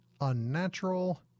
unnatural